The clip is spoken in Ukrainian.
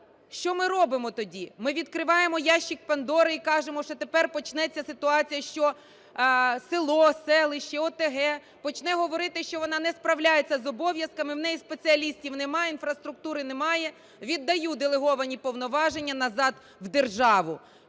Що ми робимо тоді? Ми відкриваємо ящик Пандори і кажемо, що тепер почнеться ситуація, що село, селище, ОТГ почне говорити, що вона не справляється з обов'язками, у неї спеціалістів немає, інфраструктури немає, віддаю делеговані повноваження назад в державу.